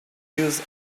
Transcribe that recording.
use